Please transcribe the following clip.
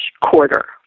quarter